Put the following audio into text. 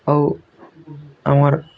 ଆଉ ଆମର